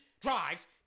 drives